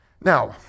now